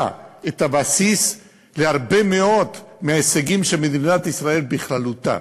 את הבסיס להרבה מאוד מההישגים של מדינת ישראל בכללותה.